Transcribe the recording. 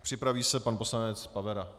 Připraví se pan poslanec Pavera.